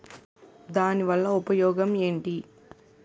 దాని వల్ల ఉపయోగం ఎంటి?